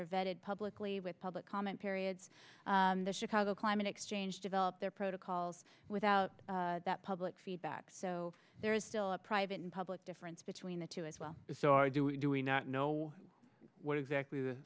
are vetted publicly with public comment periods and the chicago climate exchange developed their protocols without that public feedback so there is still a private and public difference between the two as well so i do it do we not know what exactly